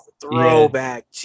Throwback